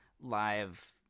live